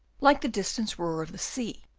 like the distant roar of the sea,